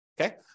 Okay